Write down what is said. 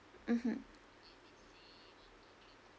mmhmm